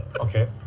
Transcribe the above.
Okay